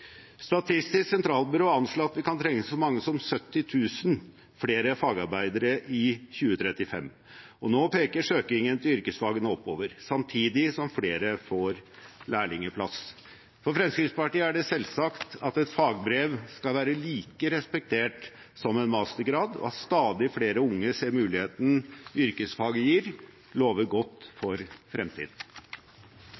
Statistisk sentralbyrå anslår at vi kan trenge så mange som 70 000 flere fagarbeidere i 2035, og nå peker søkingen til yrkesfagene oppover, samtidig som flere får lærlingplass. For Fremskrittspartiet er det selvsagt at et fagbrev skal være like respektert som en mastergrad, og at stadig flere unge ser mulighetene yrkesfag gir, lover godt